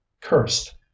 cursed